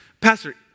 Pastor